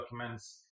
documents